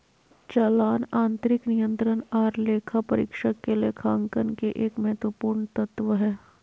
चालान आंतरिक नियंत्रण आर लेखा परीक्षक के लेखांकन के एक महत्वपूर्ण तत्व हय